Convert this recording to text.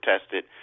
tested